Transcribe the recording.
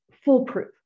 foolproof